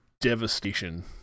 devastation